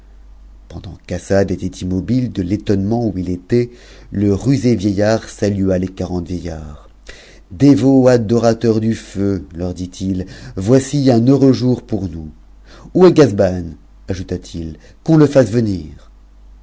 pendant qu'assad était immobile de l'étonnement où it était le rusé iei ard satua tes quarante vieillards dévots adorateurs du feu leur diti voici un heureux jour pour nous où est gazban ajouta-t-il qu'on le fasse venir